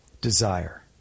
desire